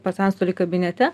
pas antstolį kabinete